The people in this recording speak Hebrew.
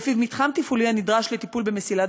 שלפיו מתחם תפעולי הנדרש לטיפול במסילת